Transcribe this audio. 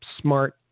smart